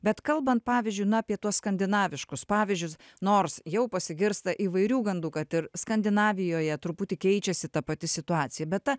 bet kalban pavyzdžiui na apie tuos skandinaviškus pavyzdžius nors jau pasigirsta įvairių gandų kad ir skandinavijoje truputį keičiasi ta pati situacija bet ta